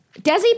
Desi